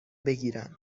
بگیرم